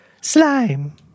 slime